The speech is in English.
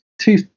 two